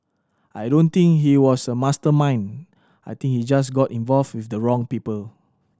I don't think he was a mastermind I think he just got involved with the wrong people